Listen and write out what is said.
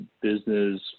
business